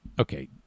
okay